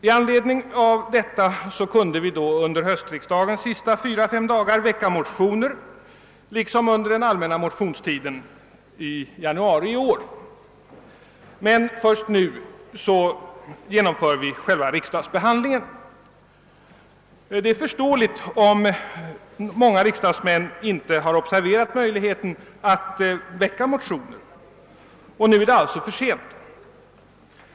Med anledning av det kunde vi under höstriksdagens fyra, fem sista dagar väcka motioner liksom under den allmänna motionstiden i år. Men först nu genomför vi själva riksdagsbehandlingen. Det är förståeligt om många riksdagsmän inte har observerat möjligheten att väcka motioner. Nu är det alltså för sent.